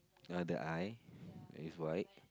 ah the eye is white